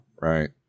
right